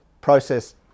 process